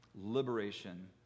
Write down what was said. liberation